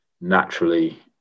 naturally